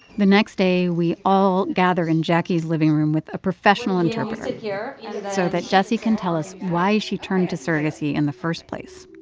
the next day, we all gather in jacquie's living room with a professional interpreter yeah so that jessie can tell us why she turned to surrogacy in the first place.